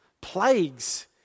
plagues